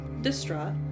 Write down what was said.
distraught